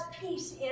peace